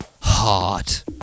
Hot